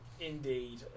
Indeed